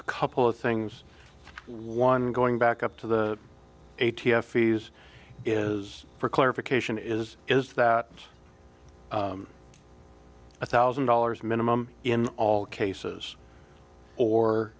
a couple of things one going back up to the a t m fees is for clarification is is that one thousand dollars minimum in all cases or